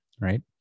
right